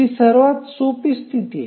ही सर्वात सोपी स्थिती आहे